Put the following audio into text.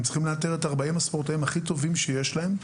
הם צריכים לאתר את ה-40 הספורטאים הכי טובים שיש להם.